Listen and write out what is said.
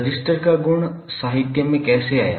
register का गुण साहित्य में कैसे आया